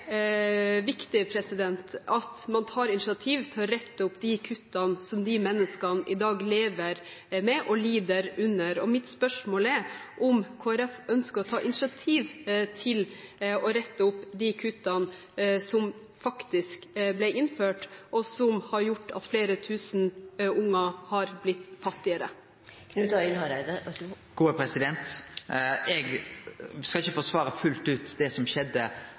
viktig at man tar initiativ til å rette opp de kuttene som de menneskene i dag lever med og lider under. Mitt spørsmål er om Kristelig Folkeparti ønsker å ta initiativ til å rette opp de kuttene som faktisk ble innført, og som har gjort at flere tusen unger har blitt fattigere. Eg skal ikkje forsvare fullt ut det som skjedde,